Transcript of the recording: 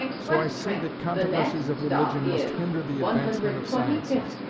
so i see that controversies of religion must hinder the advancement of sciences.